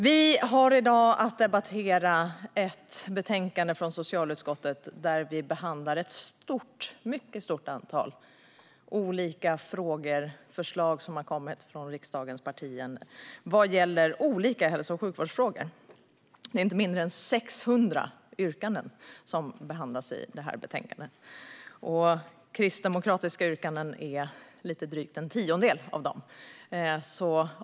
Vi ska i dag debattera ett betänkande från socialutskottet där vi behandlar ett mycket stort antal frågor och förslag från riksdagens partier om olika hälso och sjukvårdsfrågor. Det är inte mindre än 600 yrkanden som behandlas i betänkandet. Kristdemokratiska yrkanden utgör lite drygt en tiondel av dem.